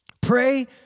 Pray